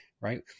right